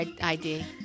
ID